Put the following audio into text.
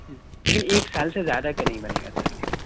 جی لیکن ایک سال سے زیادہ کا نہیں بنے گا سر لیکن